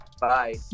bye